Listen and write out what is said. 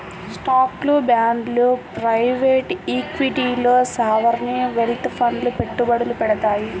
స్టాక్లు, బాండ్లు ప్రైవేట్ ఈక్విటీల్లో సావరీన్ వెల్త్ ఫండ్లు పెట్టుబడులు పెడతాయి